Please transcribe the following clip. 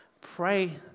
pray